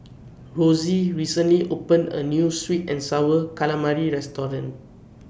Rosey recently opened A New Sweet and Sour Calamari Restaurant